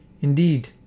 Indeed